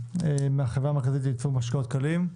מהחברה המרכזית לייצור משקאות קלים,